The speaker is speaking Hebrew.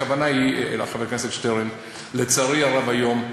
הכוונה היא, חבר הכנסת שטרן, לצערי הרב, היום,